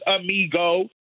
amigo